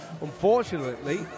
Unfortunately